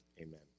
amen